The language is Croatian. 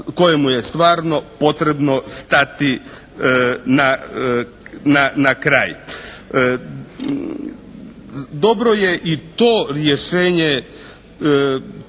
kojemu je stvarno potrebno stati na kraj. Dobro je i to rješenje